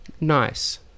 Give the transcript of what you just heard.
nice